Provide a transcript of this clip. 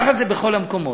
ככה זה בכל המקומות.